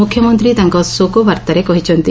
ମୁଖ୍ୟମନ୍ତୀ ତାଙ୍କ ଶୋକବାର୍ତ୍ତାରେ କହିଛନ୍ତି